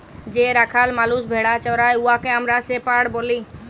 যে রাখাল মালুস ভেড়া চরাই উয়াকে আমরা শেপাড় ব্যলি